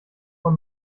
vor